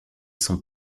sont